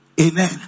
Amen